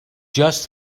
just